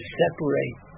separate